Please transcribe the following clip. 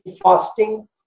fasting